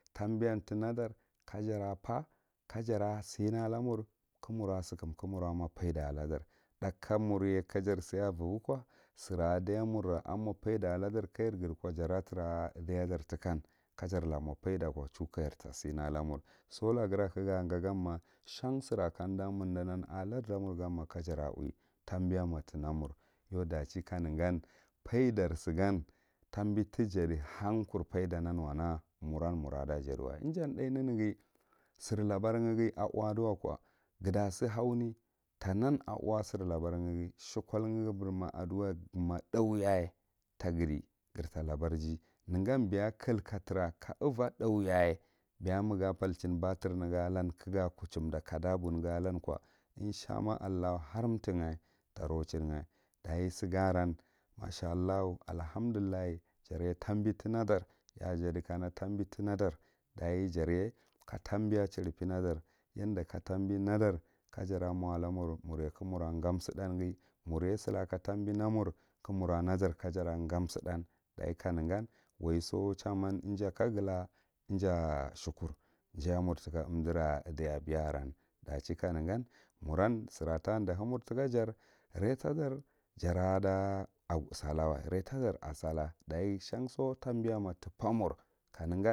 Thambiyan tina ɗanɗa, ka jara par ka jara sina lamur ka mura sigum ka mura mi faiɗa ala ɗar, thikka murye ka jaar si avirgu ko sira a ɗaiy murra a mo faiɗda alaɗar ka jaw nghaɗi ko jara tra ako iɗay ɗar tikan ka jar la mo faiɗa ko chuka jar ta sina lamur sala ghera ka ga ga ganma shan sira kaumda merdinanma ar larɗa mur gan ma ka jara u wi tabiyanma tina mur tau ɗachi kanegan faidar sigan tabi tijadi hankuri faiɗanan wana muran mura ɗa jaɗiwa ijan tha nenege sira labar ghi a u aɗiwako gha tasi haune tanan a u a siry labar ghi shekol mur ma aviwa ma tha yaye ta ghadi girta labreye negan beya kuka tra uva athau yaye beay maga falchin batry na alan ka ga kuchumda kaɗabunghi alan ko inshamaallahu har tingah ta nouchinggha ɗachi siga aran ma sha allhu allhamdullahi jarne tabiti na da rya a jaɗi kano tanubi tinaɗar daye ɗarye ka tabiya chin biya var yan ɗa ka tambi na var ka jara mola mur murye ka mur gam siɗan ghi murye sira ka tambi n amur ka mura na ɗar ka jara ga suɗɗan ɗachi kanegan waiso iya kagla tika idey abiya aran dachi kanegan myuran sira taɗihiy mur retaɗar jara ɗa sallawa ratadar asalla, ɗachi shansoni tabiyan ma tip amur ka ne gan.